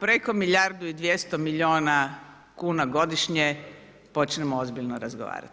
preko milijardu i 200 milijuna kuna godišnje počnemo ozbiljno razgovarat.